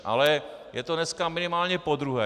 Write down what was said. Ale je to dneska minimálně podruhé.